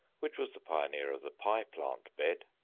which was the pioneer of the pie-plant bed,